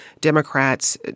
Democrats